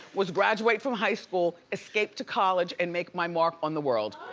was graduate from high school, escape to college, and make my mark on the world.